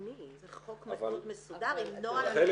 זה חוק נורא מסודר עם נוהל.